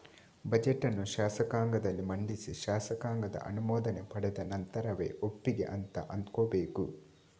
budget ಅನ್ನು ಶಾಸಕಾಂಗದಲ್ಲಿ ಮಂಡಿಸಿ ಶಾಸಕಾಂಗದ ಅನುಮೋದನೆ ಪಡೆದ ನಂತರವೇ ಒಪ್ಪಿಗೆ ಅಂತ ಅಂದ್ಕೋಬೇಕು